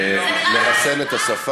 זה נראה לך רציני?